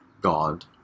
god